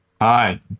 Hi